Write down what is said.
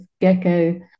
Gecko